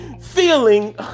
feeling